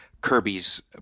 Kirby's